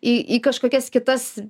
į į kažkokias kitas